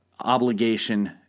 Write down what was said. obligation